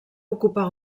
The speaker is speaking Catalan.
ocupar